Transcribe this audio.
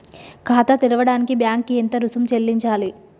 ఖాతా తెరవడానికి బ్యాంక్ కి ఎంత రుసుము చెల్లించాలి?